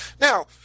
now